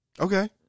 Okay